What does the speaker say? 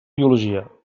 biologia